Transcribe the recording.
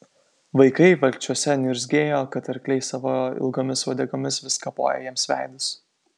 vaikai valkčiuose niurzgėjo kad arkliai savo ilgomis uodegomis vis kapoja jiems veidus